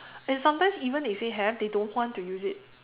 and sometimes even if they have they don't want to use it